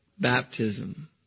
baptism